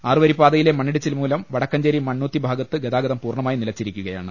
ആറു വരിപ്പാതയിലെ മണ്ണിടിച്ചിൽമൂലം വടക്കഞ്ചേരി മണ്ണുത്തി ഭാഗത്ത് ഗതാഗതം പൂർണ്ണമായി നിലച്ചിരിക്കുകയാണ്